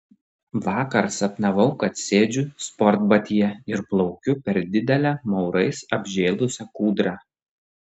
vakar sapnavau kad sėdžiu sportbatyje ir plaukiu per didelę maurais apžėlusią kūdrą